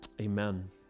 amen